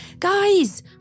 Guys